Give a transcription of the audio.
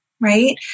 right